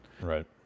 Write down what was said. Right